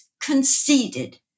conceded